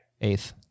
Eighth